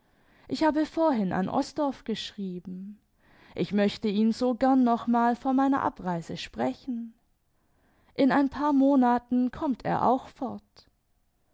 ich habe vorhin an osdorff geschrieben ich möchte ihn so gern noch mal vor meiner abreise sprechen in ein paar monaten kommt er auch fort